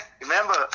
Remember